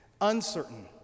uncertain